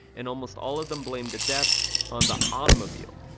and almost all of them blame the deaths on the automobile.